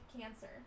cancer